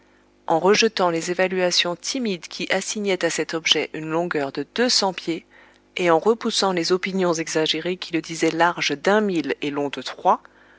en rejetant les évaluations timides qui assignaient à cet objet une longueur de deux cents pieds et en repoussant les opinions exagérées qui le disaient large d'un mille et long de trois